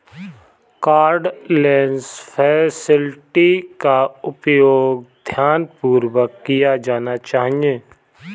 cardless facility का उपयोग ध्यानपूर्वक किया जाना चाहिए